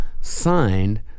signed